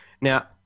Now